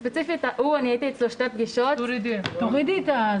ספציפית, הייתי אצלו בפגישה וחצי